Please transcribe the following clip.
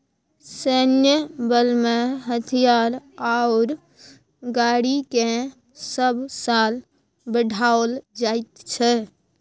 सैन्य बलमें हथियार आओर गाड़ीकेँ सभ साल बढ़ाओल जाइत छै